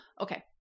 Okay